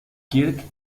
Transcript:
kirk